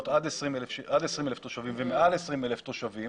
עד 20,000 תושבים ומעל 20,000 תושבים,